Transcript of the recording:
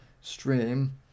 stream